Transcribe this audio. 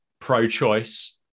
pro-choice